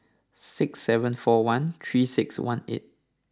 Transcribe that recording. six seven four one three six one eight